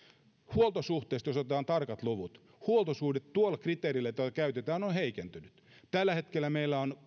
huoltosuhteesta otetaan tarkat luvut huoltosuhde tuolla kriteerillä jota käytetään on on heikentynyt tällä hetkellä meillä on